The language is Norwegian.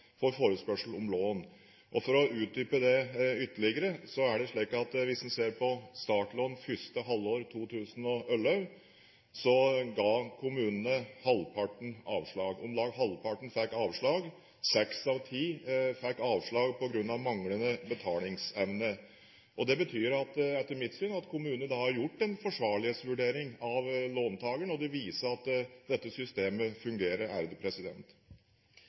forespørsel om lån. For å utdype det ytterligere så er det slik at hvis en ser på startlån første halvår 2011, ga kommunene halvparten avslag. Om lag halvparten fikk avslag – seks av ti fikk avslag på grunn av manglende betalingsevne. Det betyr etter mitt syn at kommunene har gjort en forsvarlighetsvurdering av låntakeren, og det viser at dette systemet fungerer.